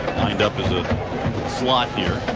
lined up as a squad here.